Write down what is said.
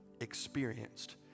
experienced